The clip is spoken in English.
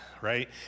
right